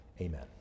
Amen